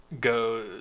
go